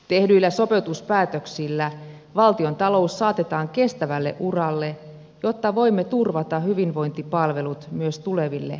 tehdyillä sopeutuspäätöksillä valtiontalous saatetaan kestävälle uralle jotta voimme turvata hyvinvointipalvelut myös tuleville sukupolville